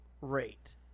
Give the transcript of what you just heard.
rate